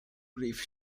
grief